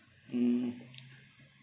mm